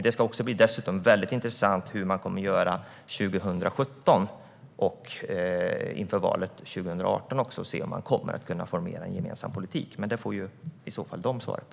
Det ska dessutom bli väldigt intressant hur man kommer att göra 2017, inför valet 2018. Kommer man att kunna formera en gemensam politik? Det får dock Alliansen svara på.